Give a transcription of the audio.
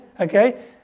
okay